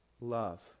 love